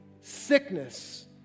sickness